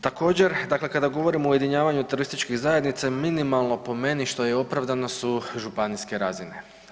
Također dakle kada govorimo o ujedinjavanju turističkih zajednica je minimalno po meni što je opravdano su županijske razine.